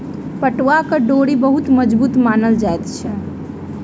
पटुआक डोरी बहुत मजबूत मानल जाइत अछि